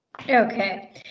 Okay